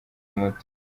muto